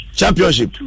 championship